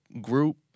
group